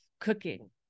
cooking